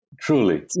truly